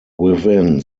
within